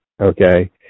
okay